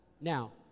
now